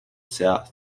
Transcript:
south